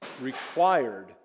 required